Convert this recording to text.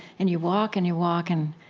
and you walk, and you walk, and